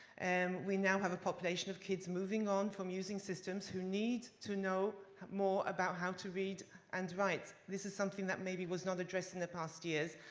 and we now have a population of kids from moving on from using systems who need to know more about how to read and write. this is something that maybe was not addressed in the past years,